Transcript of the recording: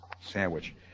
sandwich